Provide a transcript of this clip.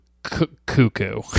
cuckoo